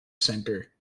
center